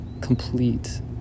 complete